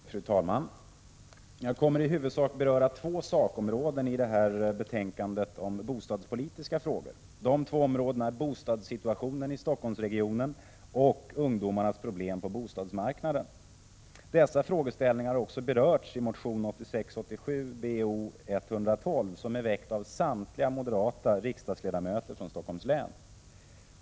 Fru talman! Jag kommer i huvudsak att beröra två sakområden i detta betänkande om bostadspolitiska frågor. Dessa två områden är bostadssituationen i Stockholmsregionen samt ungdomarnas problem på bostadsmarknaden. Dessa frågeställningar har också berörts i motion 1986/87:Bo112, som är väckt av samtliga moderata riksdagsledamöter från Stockholms län.